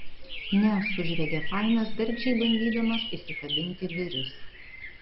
ne sužviegė fainas bergždžiai bandydamas įsikabinti į duris